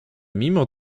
mimo